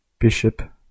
Bishop